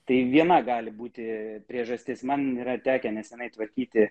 tai viena gali būti priežastis man yra tekę neseniai tvarkyti